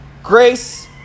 Grace